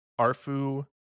Arfu